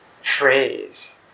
phrase